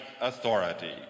authority